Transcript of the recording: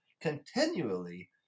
continually